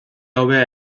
hobea